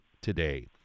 Today